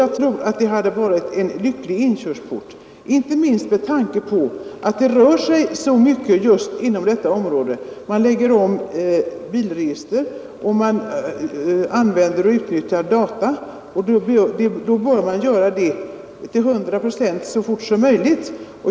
Jag tror att det hade varit bra att utnyttja denna inkörsport, inte minst med tanke på att det rör sig så mycket på detta område — man lägger bl.a. om bilregistren. Man utnyttjar också data, och det bör man göra till hundra procent så fort som möjligt.